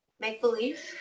make-believe